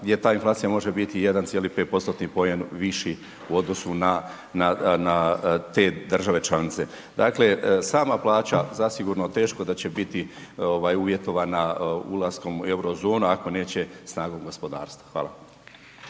gdje ta inflacija može biti 1,5%-tni poen viši u odnosu na te države članice. Dakle sama plaća zasigurno teško da će biti uvjetovana ulaskom u Eurozonu ako neće snagom gospodarstva. Hvala.